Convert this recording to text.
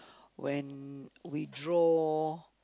when we draw